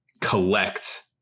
collect